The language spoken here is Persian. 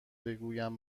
بگویم